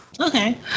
Okay